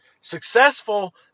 Successful